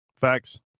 Facts